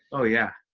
oh, yeah.